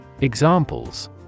Examples